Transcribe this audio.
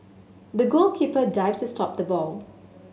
the goalkeeper dived to stop the ball